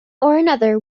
other